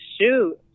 shoot